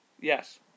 Yes